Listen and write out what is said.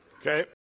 Okay